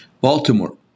Baltimore